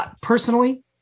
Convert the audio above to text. personally